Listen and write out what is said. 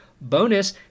Bonus